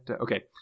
Okay